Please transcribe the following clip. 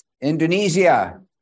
Indonesia